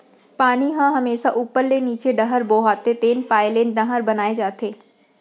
पानी ह हमेसा उप्पर ले नीचे डहर बोहाथे तेन पाय ले नहर बनाए जाथे